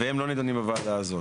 והם לא נדונים בוועדה הזאת.